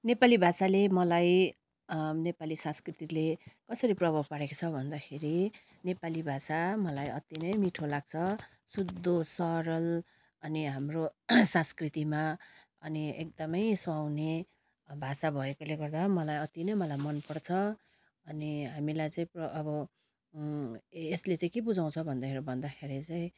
नेपाली भाषाले मलाई नेपाली संस्कृतिले कसरी प्रभाव पारेको छ भन्दाखेरि नेपाली भाषा मलाई अति नै मिठो लाग्छ शुद्ध सरल अनि हाम्रो संस्कृतिमा अनि एकदमै सुहाउने भाषा भएकोले गर्दा मलाई अति नै मलाई मनपर्छ अनि हामीलाई चाहिँ अब यसले चाहिँ के बुझाउँछ भन्दाखेरि भन्दाखेरि चाहिँ